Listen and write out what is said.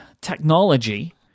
technology